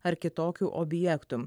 ar kitokių objektų